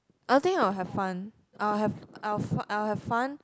I think I will have fun I will have I will f~ I will have fun